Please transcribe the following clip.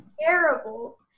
terrible